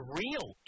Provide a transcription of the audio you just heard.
real